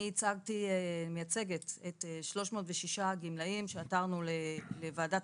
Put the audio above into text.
אני מייצגת את 306 הגמלאים שעתרנו לוועדת